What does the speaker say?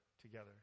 together